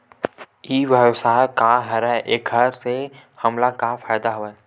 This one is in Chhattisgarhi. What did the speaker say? ई व्यवसाय का हरय एखर से हमला का फ़ायदा हवय?